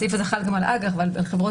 הסעיף הזה חל גם על אג"ח ועל חברות